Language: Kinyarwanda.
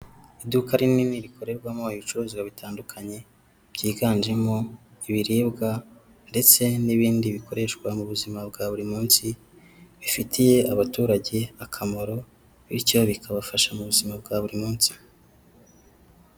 Iduka rinini rikorerwamo ibicuruzwa bitandukanye byiganjemo ibiribwa ndetse n'ibindi bikoreshwa mu buzima bwa buri munsi, bifitiye abaturage akamaro bityo bikabafasha mu buzima bwa buri munsi.